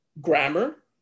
Grammar